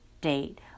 date